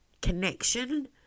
connection